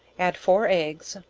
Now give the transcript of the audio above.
add four eggs,